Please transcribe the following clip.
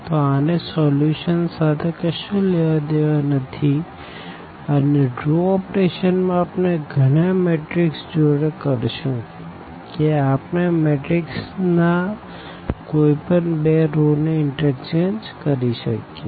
તો આને સોલ્યુશન સાથે કશું લેવા દેવા નથી અને એ રો ઓપરેશન માં આપણે મેટ્રીક્સ જોડે કરશું કે આપણે મેટ્રીક્સ ના કોઈ પણ બે રો ને ઇન્ટરચેન્જ કરી શકીએ